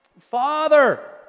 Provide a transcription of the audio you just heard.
Father